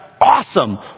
Awesome